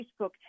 Facebook